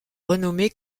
renommé